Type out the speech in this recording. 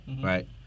right